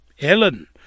Ellen